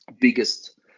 biggest